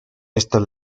estas